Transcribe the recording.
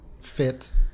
fit